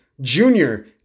junior